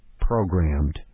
programmed